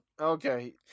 Okay